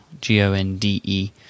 G-O-N-D-E